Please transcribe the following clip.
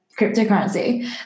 cryptocurrency